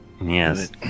Yes